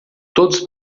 todos